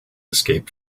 escaped